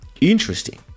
interesting